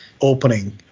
opening